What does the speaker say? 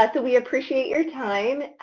ah we appreciate your time.